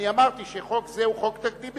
אני אמרתי שחוק זה הוא חוק תקדימי,